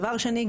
דבר שני,